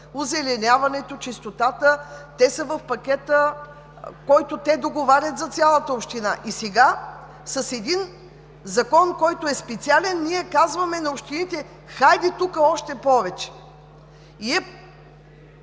Озеленяването, чистотата – те са в пакета, който договарят за цялата община. И сега с един Закон, който е специален, ние казваме на общините: хайде, тук още повече. На